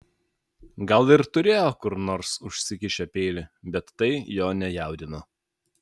gal ir turėjo kur nors užsikišę peilį bet tai jo nejaudino